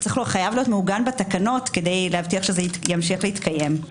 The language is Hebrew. חייב להיות מעוגן בתקנות כדי להבטיח שימשיך להתקיים.